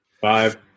Five